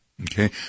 Okay